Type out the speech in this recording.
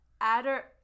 Adder